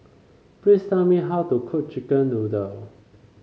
please tell me how to cook chicken noodle